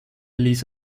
ließ